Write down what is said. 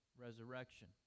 resurrection